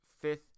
fifth